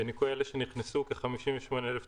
בניכוי אלה שנכנסו, כ-58,000 תושבים,